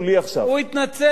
הוא התנצל, זה כבר טוב.